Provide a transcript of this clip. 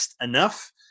Enough